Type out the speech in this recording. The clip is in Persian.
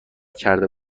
کرده